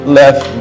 left